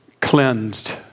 cleansed